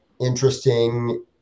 interesting